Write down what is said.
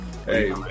Hey